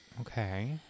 Okay